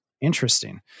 interesting